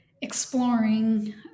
exploring